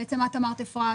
בעצם את אמרת אפרת,